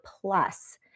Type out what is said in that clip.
plus